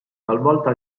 talvolta